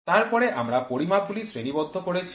তারপরে আমরা পরিমাপগুলি শ্রেণিবদ্ধ করেছি